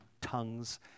tongues